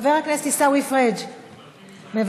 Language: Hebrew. חבר הכנסת עיסאווי פריג' מוותר,